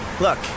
Look